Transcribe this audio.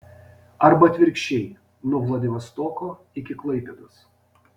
arba atvirkščiai nuo vladivostoko iki klaipėdos